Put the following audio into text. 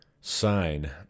sign